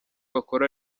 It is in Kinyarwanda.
bakora